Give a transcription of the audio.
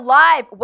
live